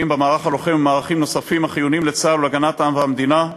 במערך הלוחם ובמערכים נוספים החיוניים לצה"ל ולהגנת העם והמדינה.